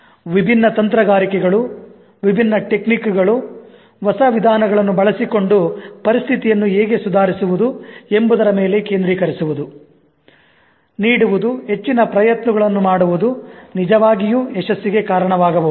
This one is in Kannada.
ವಿಭಿನ್ನ ತಂತ್ರಗಾರಿಕೆಗಳು ವಿಭಿನ್ನ ಟೆಕ್ನಿಕ್ ಗಳು ಹೊಸ ವಿಧಾನಗಳನ್ನು ಬಳಸಿಕೊಂಡು ಪರಿಸ್ಥಿತಿಯನ್ನು ಹೇಗೆ ಸುಧಾರಿಸುವುದು ಎಂಬುದರ ಮೇಲೆ ಕೇಂದ್ರೀಕರಿಸುವುದು ನೀಡುವುದು ಹೆಚ್ಚಿನ ಪ್ರಯತ್ನಗಳನ್ನು ಮಾಡುವುದು ನಿಜವಾಗಿಯೂ ಯಶಸ್ಸಿಗೆ ಕಾರಣವಾಗಬಹುದು